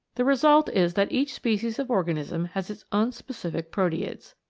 the result is that each species of organism has its own specific proteids.